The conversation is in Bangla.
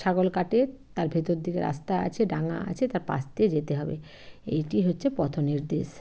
ছাগল কাটে তার ভিতর দিকে রাস্তা আছে ডাঙা আছে তার পাশ দিয়ে যেতে হবে এইটি হচ্ছে পথনির্দেশ